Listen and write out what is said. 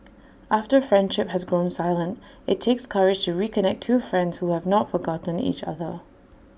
after friendship has grown silent IT takes courage to reconnect two friends who have not forgotten each other